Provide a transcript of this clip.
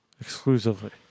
exclusively